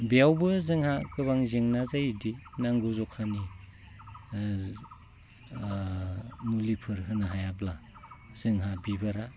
बेयावबो जोंहा गोबां जेंना जायोदि नांगौ जखानि मुलिफोर होनो हायाब्ला जोंहा बिबारा